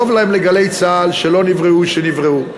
טוב להם ל"גלי צה"ל" שלא נבראו משנבראו.